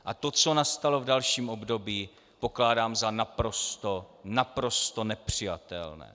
A to, co nastalo v dalším období, pokládám za naprosto, naprosto nepřijatelné.